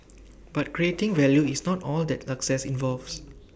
but creating value is not all that success involves